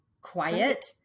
quiet